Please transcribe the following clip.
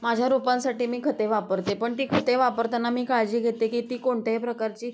माझ्या रोपांसाठी मी खते वापरते पण ती खते वापरताना मी काळजी घेते की ती कोणत्याही प्रकारची